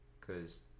Cause